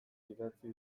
idatzi